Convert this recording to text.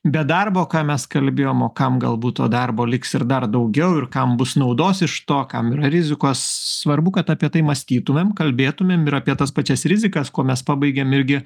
be darbo ką mes kalbėjom o kam galbūt to darbo liks ir dar daugiau ir kam bus naudos iš to kam rizikos svarbu kad apie tai mąstytumėm kalbėtumėm apie tas pačias rizikas kuo mes pabaigėm irgi